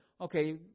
Okay